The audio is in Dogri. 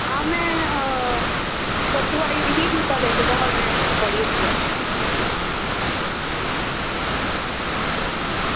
आं में परसों आई दी ही जूता लैते दा हा में थुआढ़ी हट्टिया